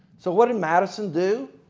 so what did madison do?